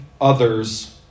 others